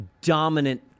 dominant